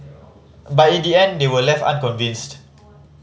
but in the end they were left unconvinced